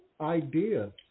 ideas